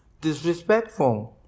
disrespectful